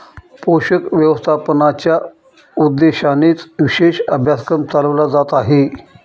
पोषक व्यवस्थापनाच्या उद्देशानेच विशेष अभ्यासक्रम चालवला जात आहे